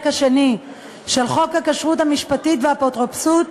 השני של חוק הכשרות המשפטית והאפוטרופסות,